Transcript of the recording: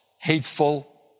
hateful